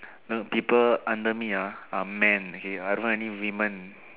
no people under me ah are men okay I don't have any women